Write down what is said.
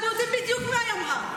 אבל אנחנו יודעים בדיוק מה היא אמרה.